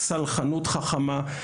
סלחנות חכמה,